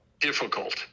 difficult